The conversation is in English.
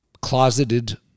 Closeted